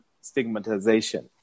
stigmatization